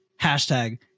Hashtag